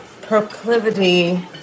proclivity